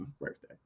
birthday